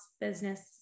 business